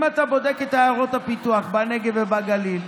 אם אתה בודק את עיירות הפיתוח בנגב ובגליל,